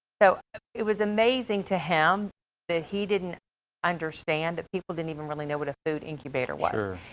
so it was amazing to him that he didn't understand that people didn't even really know what a food incubator was. sure.